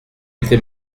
était